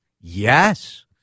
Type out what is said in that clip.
Yes